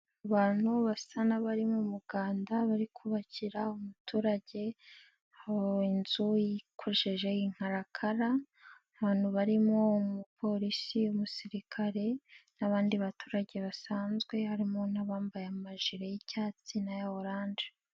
Abantu basa n'abari mu muganda bari kubakira umuturage, n'inzu yibukishije inkarakara abantu barimo umupolisi n'umusirikare n'abandi baturage basanzwe, harimo n'abambaye amajire y'icyatsi n'aya orange.